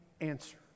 answer